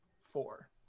four